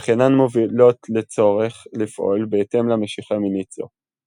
אך אינן מובילות לצורך לפעול בהתאם למשיכה מינית זו.